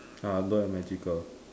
uh don't have magical